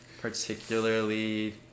particularly